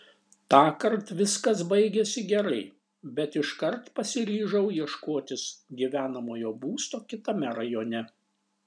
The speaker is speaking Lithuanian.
tąkart viskas baigėsi gerai bet iškart pasiryžau ieškotis gyvenamojo būsto kitame rajone